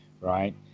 right